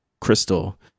crystal